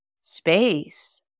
space